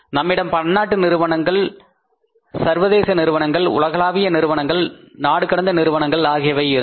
நம்மிடம் பன்னாட்டு நிறுவனங்கள் சர்வதேச நிறுவனங்கள் உலகளாவிய நிறுவனங்கள் நாடுகடந்த நிறுவனங்கள் ஆகியன இருந்தன